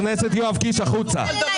רק אחד שהיה כאן קודם יכול לדבר.